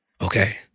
Okay